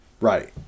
Right